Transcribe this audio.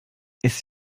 ist